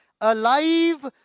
alive